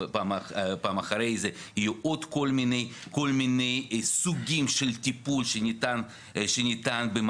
אחרי זה יהיו עוד כל מיני סוגים של טיפול שניתן במערכת